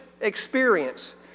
experience